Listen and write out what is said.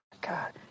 God